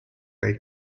they